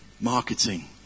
Marketing